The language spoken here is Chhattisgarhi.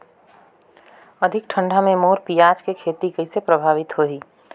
अधिक ठंडा मे मोर पियाज के खेती कइसे प्रभावित होही?